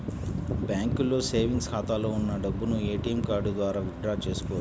బ్యాంకులో సేవెంగ్స్ ఖాతాలో ఉన్న డబ్బును ఏటీఎం కార్డు ద్వారా విత్ డ్రా చేసుకోవచ్చు